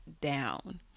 down